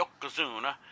Yokozuna